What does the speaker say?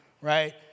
right